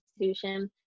institution